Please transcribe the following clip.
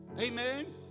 Amen